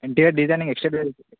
interior designing X